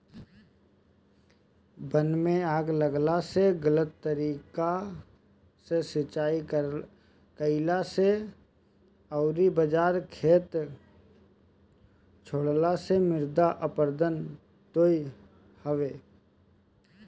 वन में आग लागला से, गलत तरीका से सिंचाई कईला से अउरी बंजर खेत छोड़ला से मृदा अपरदन होत हवे